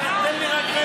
תן לי רק,